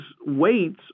weights